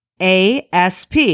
ASP